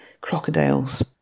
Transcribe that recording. crocodiles